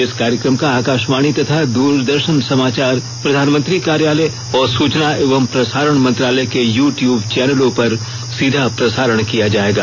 इस कार्यक्रम का आकाशवाणी तथा द्रदर्शन समाचार प्रधानमंत्री कार्यालय और सूचना एवं प्रसारण मंत्रालय के यू टयूब चैनलों पर सीधा प्रसारण किया जाएगा